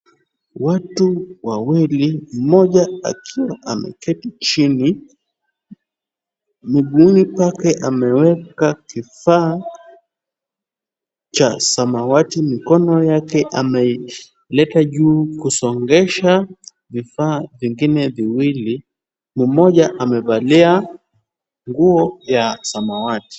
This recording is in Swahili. Watu wawili, mmoja akiwa ameketi chini. Miguuni pake ameweka kifaa cha samawati. Mikono yake ameileta juu kusongesha vifaa vingine viwili. Mmoja amevalia nguo ya samawati.